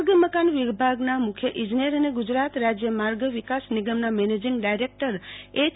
માર્ગ અને મકાન વિભાગના મુખ્ય ઈજનેર અને ગુજરાત રાજ્ય માર્ગ વિકાસ નિગમના મેનેજીંગ ડાયરેક્ટર એચ